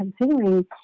considering